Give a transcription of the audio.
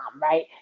right